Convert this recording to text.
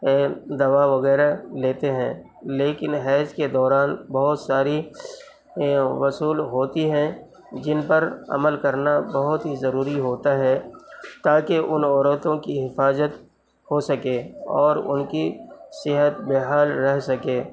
دوا وغیرہ لیتے ہیں لیکن حیض کے دوران بہت ساری وصول ہوتی ہیں جن پر عمل کرنا بہت ہی ضروری ہوتا ہے تاکہ ان عورتوں کی حفاظت ہو سکے اور ان کی صحت بحال رہ سکے